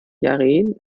yaren